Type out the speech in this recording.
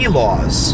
laws